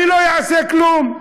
אני לא אעשה כלום.